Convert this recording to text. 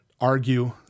argue